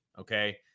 Okay